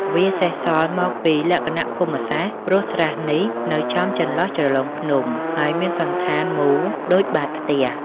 វាសេសសល់មកពីលក្ខណៈភូមិសាស្ត្រ ព្រោះស្រះនេះ នៅចំចន្លោះជ្រលងភ្នំ ហើយមានសណ្ឋានមូលដូចបាតខ្ទះ។